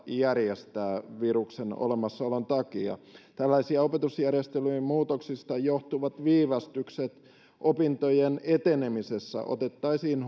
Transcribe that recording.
järjestää viruksen olemassaolon takia tällaiset opetusjärjestelyjen muutoksista johtuvat viivästykset opintojen etenemisessä otettaisiin